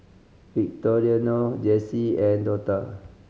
Victoriano Jessi and Dortha